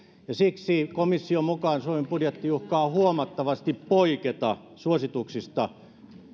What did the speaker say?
ja siksi komission mukaan suomen budjetti uhkaa huomattavasti poiketa suosituksista